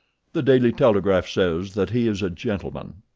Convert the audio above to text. the daily telegraph says that he is a gentleman.